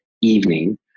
evening